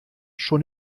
schon